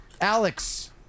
Alex